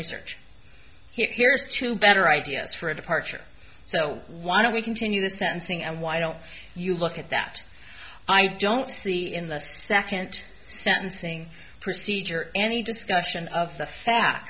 research he appears to better ideas for a departure so why don't we continue the sentencing and why don't you look at that i don't see in the second sentencing procedure any discussion of the fa